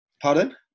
Pardon